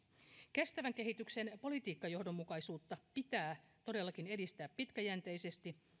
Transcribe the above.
kestävän kehityksen politiikkajohdonmukaisuutta pitää todellakin edistää pitkäjänteisesti